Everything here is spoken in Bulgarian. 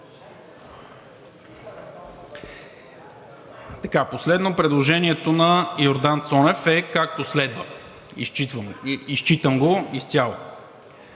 Последно, предложението на Йордан Цонев е, както следва – изчитам го изцяло: